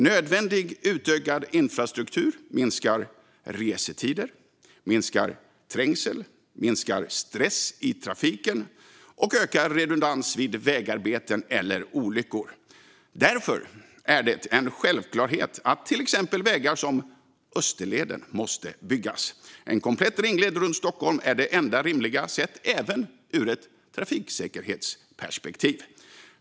Utökad nödvändig infrastruktur minskar restider, trängsel och stress i trafiken och ökar redundansen vid vägarbeten eller olyckor. Därför är det en självklarhet att till exempel vägar som Österleden måste byggas. En komplett ringled runt Stockholm är det enda rimliga, även sett ur ett trafiksäkerhetsperspektiv.